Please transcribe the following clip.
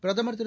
பிரதமர் திரு